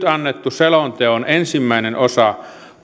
annettu selonteon ensimmäinen osa